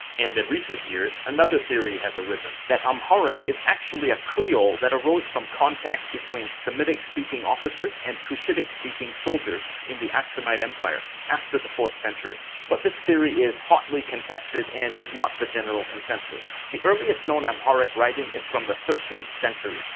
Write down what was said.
and in recent years, another theory has arisen that amharic is actually a creole that arose from contact between semitic-speaking officers and cushitic-speaking soldiers in the aksumite empire after the fourth century. but this theory is hotly contested and is not the general consensus. the earliest known amharic writing is from the thirteenth century,